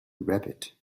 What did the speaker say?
rabbit